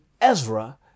Ezra